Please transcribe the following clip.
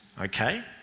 okay